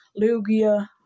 Lugia